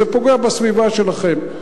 וזה פוגע בסביבה שלכם.